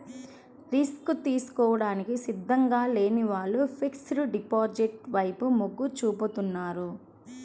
risk తీసుకోవడానికి సిద్ధంగా లేని వారు ఫిక్స్డ్ డిపాజిట్ల వైపు మొగ్గు చూపుతున్నారు